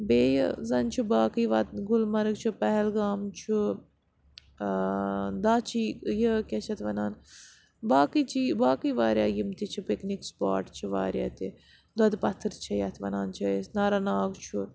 بیٚیہِ زَن چھُ باقٕے وَتہٕ گُلمرگ چھُ پہلگام چھُ داچی یہِ کیٛاہ چھِ اَتھ وَنان باقٕے چیٖز باقٕے واریاہ یِم تہِ چھِ پِکنِک سٕپاٹ چھِ واریاہ تہِ دۄدٕ پَتھٕر چھِ یَتھ وَنان چھِ أسۍ ناراناگ چھُ